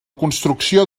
construcció